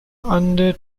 under